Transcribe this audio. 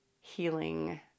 healing